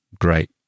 great